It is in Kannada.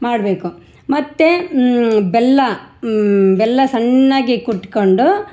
ಮಾಡಬೇಕು ಮತ್ತು ಬೆಲ್ಲ ಬೆಲ್ಲ ಸಣ್ಣಾಗಿ ಕುಟ್ಕೊಂಡು